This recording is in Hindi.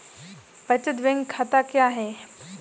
बचत बैंक खाता क्या है?